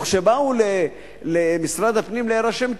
וכשבאו למשרד הפנים להירשם כיהודים,